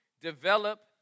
Develop